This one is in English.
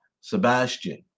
Sebastian